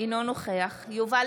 אינו נוכח יובל